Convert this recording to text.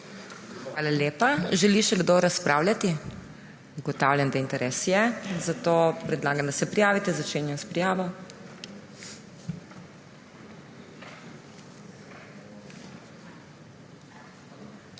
Hvala lepa. Želi še kdo razpravljati? Ugotavljam, da interes je, zato predlagam, da se prijavite. Začenjam s prijavo.